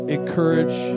Encourage